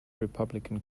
republican